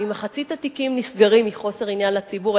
ממחצית התיקים נסגרים מחוסר עניין לציבור,